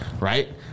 Right